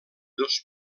dos